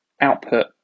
output